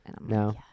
No